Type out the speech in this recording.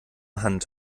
hand